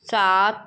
सात